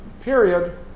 period